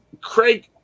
Craig